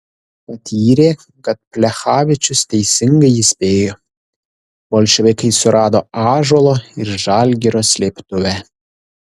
patyrė kad plechavičius teisingai įspėjo bolševikai surado ąžuolo ir žalgirio slėptuvę